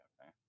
okay